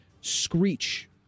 screech